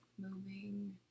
moving